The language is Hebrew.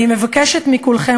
אני מבקשת מכולכם,